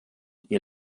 ihr